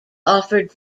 offered